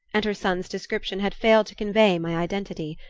and her son's description had failed to convey my identity.